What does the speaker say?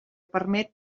permet